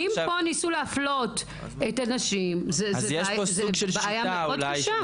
אם פה ניסו להפלות את הנשים, זו בעיה מאוד קשה.